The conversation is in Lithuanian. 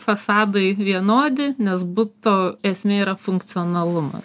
fasadai vienodi nes buto esmė funkcionalumą